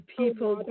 people